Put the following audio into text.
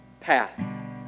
path